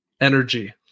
energy